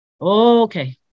Okay